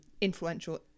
influential